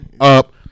up